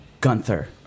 gunther